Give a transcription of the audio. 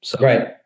Right